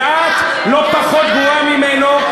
ואת לא פחות גרועה ממנו,